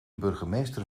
burgemeester